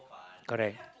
correct